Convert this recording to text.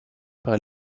par